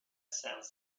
sounds